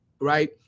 right